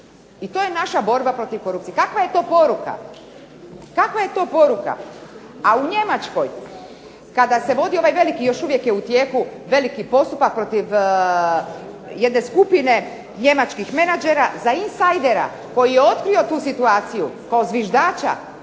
I to je naša borba protiv korupcije. Kakva je to poruka? A u Njemačkoj kada se vodi ovaj veliki, još uvijek je u tijeku veliki postupak protiv jedne skupine njemačkih menadžera za insajdera koji je otkrio tu situaciju kao zviždača